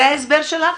זה ההסבר שלך?